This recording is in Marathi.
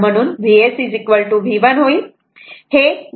म्हणून Vs V1 होईल